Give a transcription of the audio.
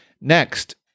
Next